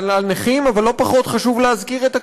הנכים, אבל לא פחות חשוב להזכיר את הקשישים.